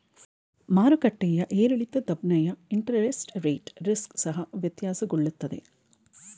ಮಾರುಕಟ್ಟೆಯ ಏರಿಳಿತದನ್ವಯ interest rate risk ಸಹ ವ್ಯತ್ಯಾಸಗೊಳ್ಳುತ್ತದೆ